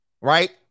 right